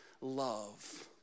love